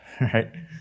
right